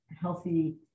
healthy